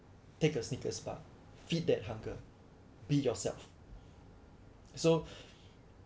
take a Snickers bar feed that hunger be yourself so